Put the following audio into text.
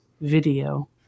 video